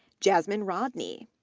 jasmine rodney,